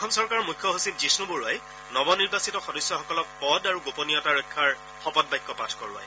অসম চৰকাৰৰ মুখ্য সচিব জিষ্ণু বৰুৱাই নৱনিৰ্বাচিত সদস্যসকলক পদ আৰু গোপনীয়তা ৰক্ষাৰ শপত বাক্য পাঠ কৰোৱায়